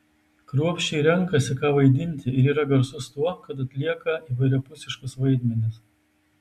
kruopščiai renkasi ką vaidinti ir yra garsus tuo kad atlieka įvairiapusiškus vaidmenis